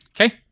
Okay